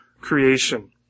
creation